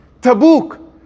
Tabuk